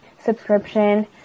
subscription